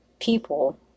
people